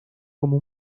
como